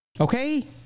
Okay